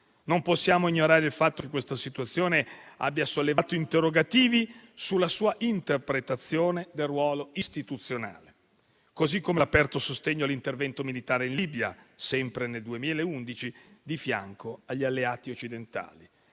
Non possiamo ignorare il fatto che quella situazione abbia sollevato interrogativi sulla sua interpretazione del ruolo istituzionale. Lo stesso vale per l'aperto sostegno all'intervento militare in Libia, sempre nel 2011, di fianco agli alleati occidentali